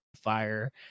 Fire